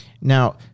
Now